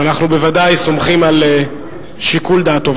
ואנחנו בוודאי סומכים על שיקול דעתו.